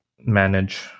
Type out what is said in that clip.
manage